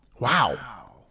Wow